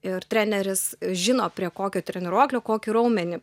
ir treneris žino prie kokio treniruoklio kokį raumenį